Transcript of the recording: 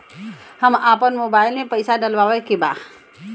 हम आपन मोबाइल में पैसा डलवावे के बा?